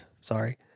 sorry